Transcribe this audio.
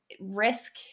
risk